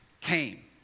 came